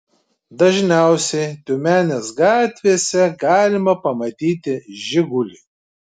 dažniausiai tiumenės gatvėse galima pamatyti žigulį